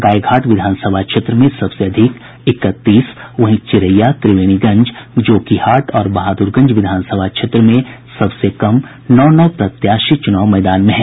गायघाट विधानसभा क्षेत्र में सबसे अधिक इकतीस वहीं चिरैया त्रिवेणीगंज जोकीहाट और बहादुरगंज विधानसभा क्षेत्र में सबसे कम नौ नौ प्रत्याशी चुनाव मैदान में हैं